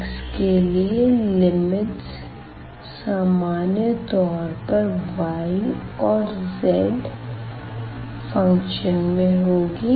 x के लिए limits सामान्य तौर पर y और z फ़ंक्शन में होगी